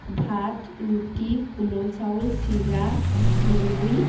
ভাত ৰুটি কোমল চাউল চিৰা সান্দহগুৰি